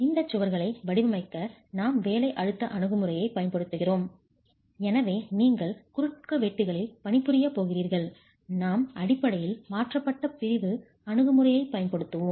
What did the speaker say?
இந்த சுவர்களை வடிவமைக்க நாம் வேலை அழுத்த அணுகுமுறையைப் பயன்படுத்துகிறோம் எனவே நீங்கள் குறுக்குவெட்டுகளில் பணிபுரியப் போகிறீர்கள் நாம் அடிப்படையில் மாற்றப்பட்ட பிரிவு அணுகுமுறையைப் பயன்படுத்துவோம்